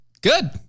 good